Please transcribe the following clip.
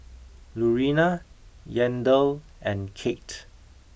Lurena Yandel and Kate